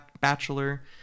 bachelor